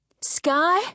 Sky